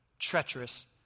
Treacherous